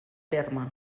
terme